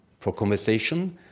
for conversation,